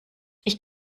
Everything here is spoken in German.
ich